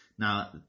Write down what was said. Now